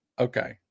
okay